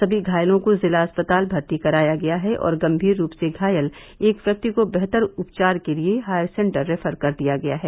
सभी घायलों को जिला अस्पताल भर्ती कराया गया है और गंभीर रूप से घायल एक व्यक्ति को बेहतर उपचार के लिए हायर सेन्टर रेफर कर दिया गया है